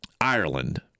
Ireland